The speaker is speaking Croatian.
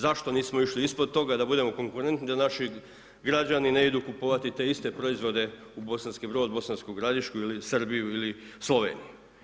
Zašto nismo išli ispod toga da budemo konkurentni, da naši građani ne idu kupovati te iste proizvode u Bosanski Brod, Bosansku Gradišku ili Srbiju ili Sloveniju.